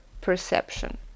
perception